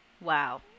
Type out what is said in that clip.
Wow